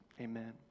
Amen